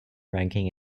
ranking